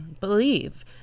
believe